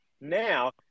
Now